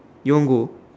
you want go